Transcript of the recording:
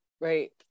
Right